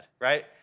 right